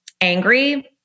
angry